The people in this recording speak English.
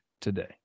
today